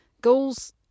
goals